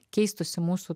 keistųsi mūsų